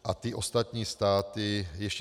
A ostatní státy ještě.